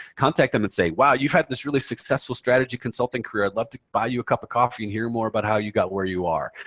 contact them and say, wow, you've had this really successful strategy consulting career. i'd love to buy you a cup of coffee and hear more about how you got where you are.